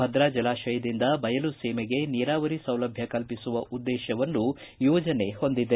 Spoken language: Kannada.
ಭದ್ರಾ ಜಲಾಶಯದಿಂದ ಬಯಲುಸೀಮೆಗೆ ನೀರಾವರಿ ಸೌಲಭ್ಯ ಕಲ್ಲಿಸುವ ಉದ್ದೇಶವನ್ನು ಯೋಜನೆ ಹೊಂದಿದೆ